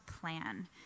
plan